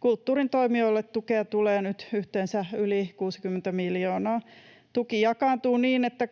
Kulttuurin toimijoille tukea tulee nyt yhteensä yli 60 miljoonaa. Tuki jakaantuu niin, että 28,2